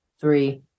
three